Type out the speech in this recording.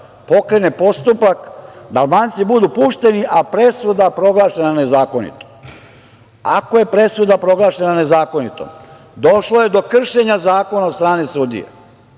pokrene postupak da Albanci budu pušteni, a presuda proglašena nezakonitom. Ako je presuda proglašena nezakonitom, došlo je do kršenja zakona od strane sudije,